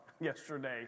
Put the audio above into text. yesterday